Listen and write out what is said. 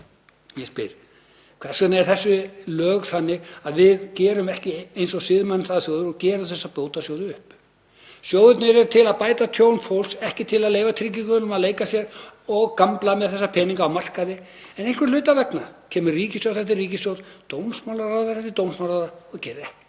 Ég spyr: Hvers vegna eru þessi lög þannig að við gerum ekki eins og siðmenntaðar þjóðir og gerum þessa bótasjóði upp? Sjóðirnir eru til að bæta tjón fólks, ekki til að leyfa tryggingunum að leika sér og gambla með þessa peninga á markaði. En einhverra hluta vegna kemur ríkisstjórn eftir ríkisstjórn, dómsmálaráðherra eftir dómsmálaráðherra, og gerir ekkert